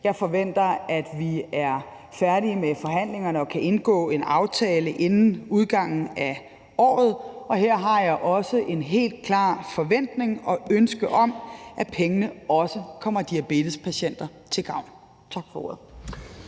Jeg forventer, at vi er færdige med forhandlingerne og kan indgå en aftale inden udgangen af året, og her har jeg også en helt klar forventning og et ønske om, at pengene også kommer diabetespatienter til gavn. Tak for ordet.